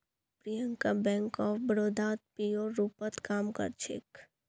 Priyanka bank of बड़ौदात पीओर रूपत काम कर छेक